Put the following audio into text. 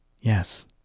Yes